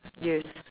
yes